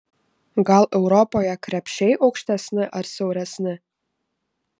gal europoje krepšiai aukštesni ar siauresni